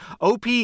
OP